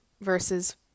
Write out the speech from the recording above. versus